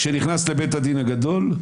כשנכנס לבית הדין הגדול,